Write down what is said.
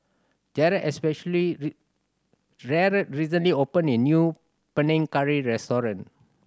Jarred especially Jarred recently opened a new Panang Curry restaurant